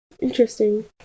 Interesting